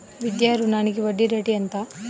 విద్యా రుణానికి వడ్డీ రేటు ఎంత?